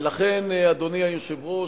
ולכן, אדוני היושב-ראש,